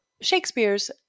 Shakespeare's